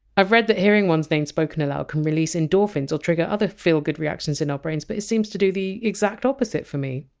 i've read that hearing one's being spoken aloud can release endorphins or trigger other feel good reactions in our brains but it seems to do the exact opposite for me!